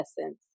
essence